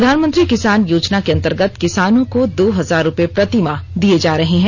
प्रधानमंत्री किसान योजना के अंतर्गत किसानों को दो हजार रूपये प्रतिमाह दिये जा रहे हैं